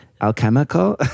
Alchemical